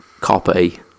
copy